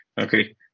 Okay